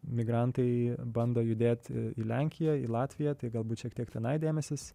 migrantai bando judėt į lenkiją į latviją tai galbūt šiek tiek tenai dėmesys